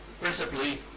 principally